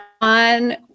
on